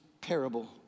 parable